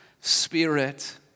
spirit